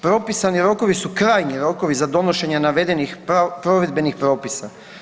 Propisani rokovi su krajnji rokovi za donošenje navedenih provedbenih propisa.